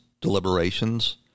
deliberations